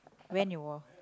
when you wore